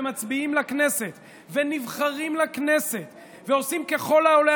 הם מצביעים לכנסת ונבחרים לכנסת ועושים ככל העולה